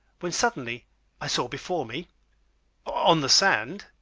when suddenly i saw before me on the sand